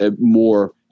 more